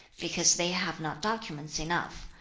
because they have not documents enough,